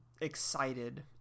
excited